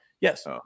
Yes